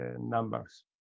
numbers